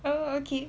oh okay